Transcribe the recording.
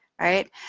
right